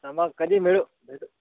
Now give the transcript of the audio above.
तर मग कधी मिळू भेटू